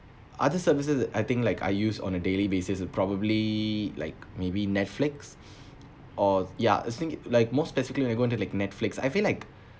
other services I think like I use on a daily basis you probably like maybe netflix or ya I think like most specifically I'm going to like netflix I feel like